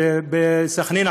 בסח'נין,